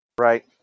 Right